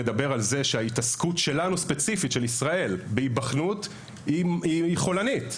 מדבר על זה שההתעסקות של מדינת ישראל בבחינות היא חולנית.